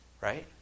Right